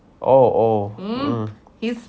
oh oh mm